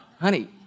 honey